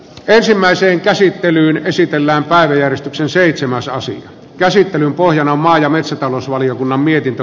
ensimmäiseen käsittelyyn esitellään paria sen käsittelyn pohjana on maa ja metsätalousvaliokunnan mietintö